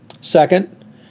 Second